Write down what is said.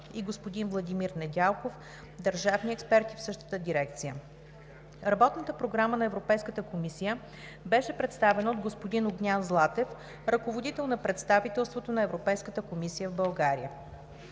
и господин Владимир Недялков, държавни експерти в същата дирекция. Работната програма на Европейската комисия беше представена от господин Огнян Златев – ръководител на Представителството на Европейската комисия в България.